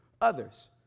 others